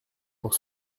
pour